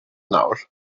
nawr